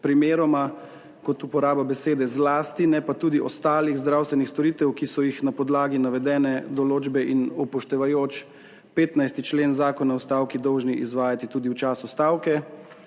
primeroma kot uporaba besede zlasti, ne pa tudi ostalih zdravstvenih storitev, ki so jih na podlagi navedene določbe in upoštevajoč 15. člen Zakona o stavki dolžni izvajati tudi v času stavke.